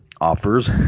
offers